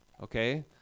okay